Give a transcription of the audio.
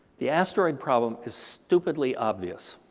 the asteroid problem is stupidly obvious.